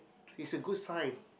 is a good sign